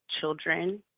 children